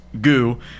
goo